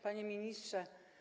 Panie Ministrze!